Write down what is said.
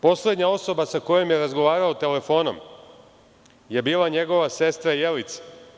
Poslednja osoba sa kojom je razgovarao telefon je bila njegova sestra Jelica.